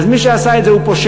אז מי שעשה את זה הוא פושע,